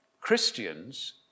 Christians